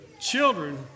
children